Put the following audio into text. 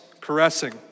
caressing